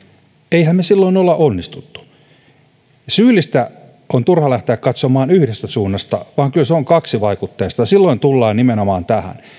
emmehän me ole silloin onnistuneet syyllistä on turha lähteä katsomaan yhdestä suunnasta vaan kyllä se on kaksivaikutteista ja silloin tullaan nimenomaan tähän